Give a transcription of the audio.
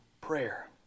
prayer